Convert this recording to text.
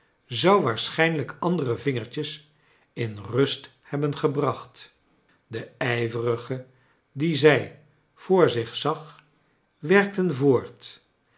zou waarschijnlijk andere vingertjes in rust hebben gebracht de ijverige die zij voor zich zag werkten voort